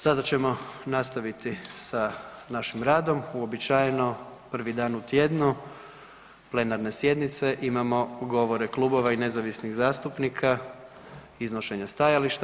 Sada ćemo nastaviti sa našim radom uobičajeno prvi dan u tjednu plenarne sjednice, imamo govore klubova i nezavisnih zastupnika, iznošenja stajališta.